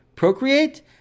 procreate